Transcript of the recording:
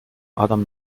adam